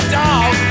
dog